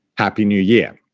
happy new year!